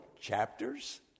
chapters